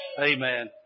Amen